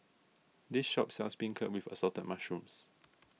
this shop sells Beancurd with Assorted Mushrooms